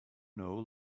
know